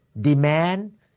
demand